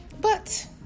but